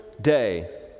day